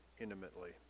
intimately